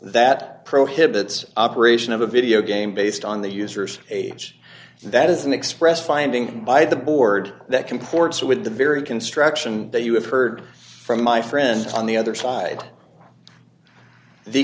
that prohibits operation of a video game based on the user's age that is an expressed finding by the board that comports with the very construction that you have heard from my friend on the other side